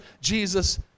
Jesus